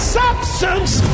substance